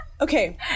Okay